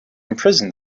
imprison